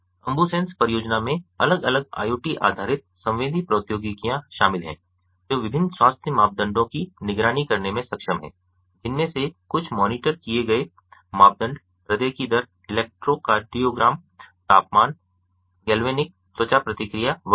अंबुसेंस परियोजना में अलग अलग IoT आधारित संवेदी प्रौद्योगिकियां शामिल हैं जो विभिन्न स्वास्थ्य मापदंडों की निगरानी करने में सक्षम हैं जिनमें से कुछ मॉनिटर किए गए मानदंड हृदय की दर इलेक्ट्रोकार्डियोग्राम तापमान गैल्वेनिक त्वचा प्रतिक्रिया वगैरह हैं